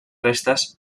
restes